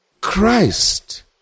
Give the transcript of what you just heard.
Christ